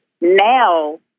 Now